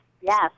Yes